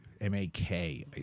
M-A-K